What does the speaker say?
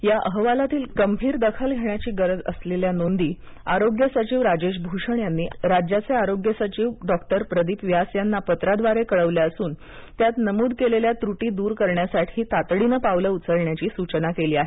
या अहवालातील गंभीर दखल घेण्याची गरज असलेल्या नोंदी केंद्रीय आरोग्यसचीव राजेश भूषण यांनी राज्याचे आरोग्य सचीव डॉक्टर प्रदीप व्यास यांना पत्राद्वारे कळवल्या असून त्यात नमूद केलेल्या त्रुटी दूर करण्यासाठी तातडीनं पावलं उचलण्याची सूचना केली आहे